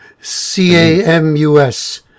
C-A-M-U-S